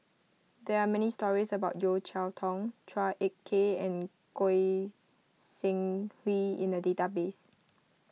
there are many stories about Yeo Cheow Tong Chua Ek Kay and Goi Seng Hui in the database